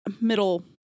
middle